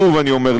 שוב אני אומר,